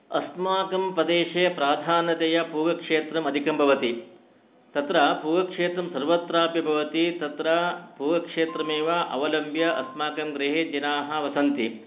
अस्माकं प्रदेशे प्रधानतया पूगक्षेत्रम् अधिकं भवति तत्र पूगक्षेत्रं सर्वत्रापि भवति तत्र पूगक्षेत्रमेव अवलम्ब्य अस्माकं गृहे जनाः वसन्ति